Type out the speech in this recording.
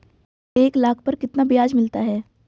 एक लाख पर कितना ब्याज मिलता है?